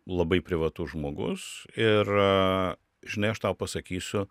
labai privatus žmogus ir žinai aš tau pasakysiu